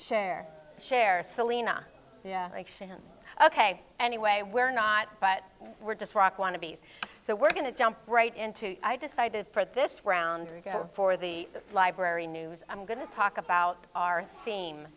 share share selena like fans ok anyway we're not but we're just rock wannabes so we're going to jump right into i decided for this round to go for the library news i'm going to talk about our team